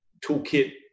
toolkit